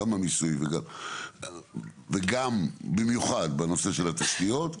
גם במיסוי, וגם, במיוחד, בנושא של התשתיות.